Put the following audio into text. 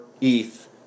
ETH